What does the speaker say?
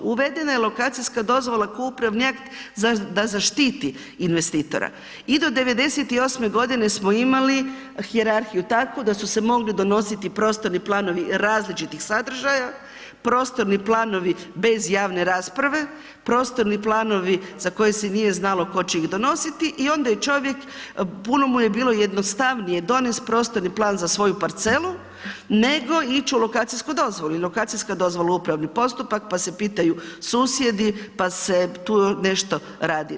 Uvedena je lokacijska dozvola kao upravni akt da zaštiti investitora i do 98.-e godine smo imali hijerarhiju takvu da su se mogli donositi prostorni planovi različitih sadržaja, prostorni planovi bez javne rasprave, prostorni planovi za koje se nije znalo tko će ih donositi i onda je čovjek, puno mu je bilo jednostavnije donijet prostorni plan za svoju parcelu nego ići u lokacijsku dozvolu i lokacijska dozvola je upravni postupak pa se pitaju susjedi, pa se tu nešto radi.